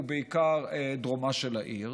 ובעיקר דרומה של העיר,